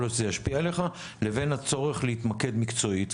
להיות שזה ישפיע עליך לבין הצורך להתמקד מקצועית.